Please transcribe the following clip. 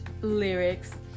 lyrics